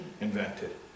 invented